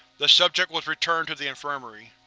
the subject was returned to the infirmary.